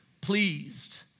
pleased